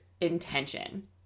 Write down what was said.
intention